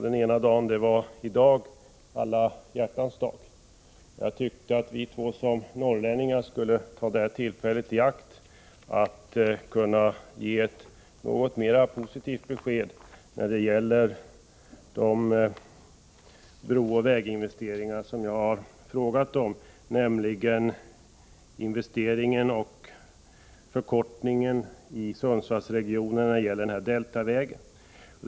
Den ena dagen var i dag, Alla hjärtans dag, och jag tyckte att vi två som norrlänningar skulle ta det tillfället i akt för att kunna ge ett något mer positivt besked när det gäller de brooch väginvesteringar som jag har frågat om, främst den investering i Sundsvalls — Nr 82 regionen som Deltavägen innebär.